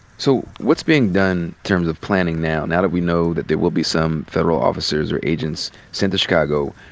so what's being done in terms of planning now? now that we know that there will be some federal officers or agents sent to chicago,